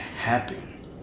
happen